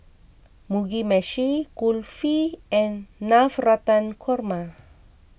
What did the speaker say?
Mugi Meshi Kulfi and Navratan Korma